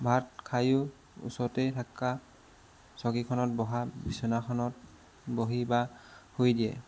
ভাত খাইয়ো ওচৰতেই থাকা চকীখনত বহা বিছনাখনত বহি বা শুই দিয়ে